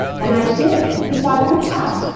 and i did. cause why wouldn't i?